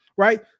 Right